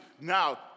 now